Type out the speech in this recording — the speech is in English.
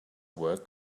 work